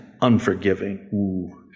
unforgiving